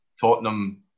Tottenham